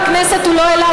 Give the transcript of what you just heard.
בכנסת הוא לא העלה,